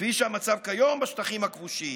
כפי שהמצב כיום בשטחים הכבושים.